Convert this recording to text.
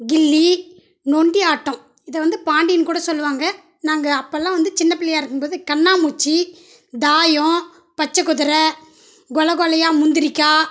கில்லி நொண்டி ஆட்டம் இதை பாண்டி கூட சொல்லுவாங்க நாங்கள் அப்போல்லா வந்து சின்ன பிள்ளையா இருக்கும்போது கண்ணாமூச்சி தாயம் பச்சை குதிரை கொலை கொலையாக முந்திரிக்காய்